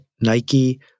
Nike